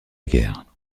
guerre